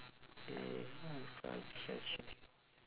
!yay! now it's like